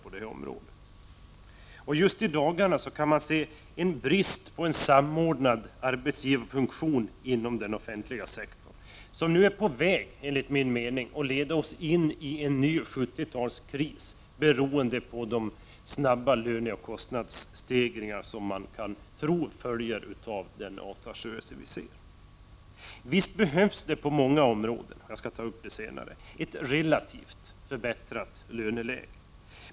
Just i dessa dagar kan man se en brist på samordnad arbetsgivarfunktion inom den offentliga sektorn, och den är enligt min mening på väg att leda oss in i en ny 70-talskris beroende på de snabba och höga lönekostnadsstegringar som man kan tro följer av den pågående avtalsrörelsen. Visst behövs det på många områden — jag skall återkomma till det — ett relativt sett förbättrat löneläge.